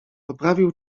poprawił